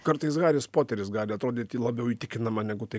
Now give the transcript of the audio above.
kartais haris poteris gali atrodyti labiau įtikinama negu tai